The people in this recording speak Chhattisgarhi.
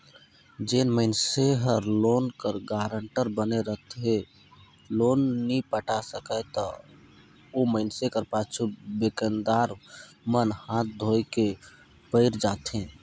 जेन मइनसे हर लोन कर गारंटर बने रहथे लोन नी पटा सकय ता ओ मइनसे कर पाछू बेंकदार मन हांथ धोए के पइर जाथें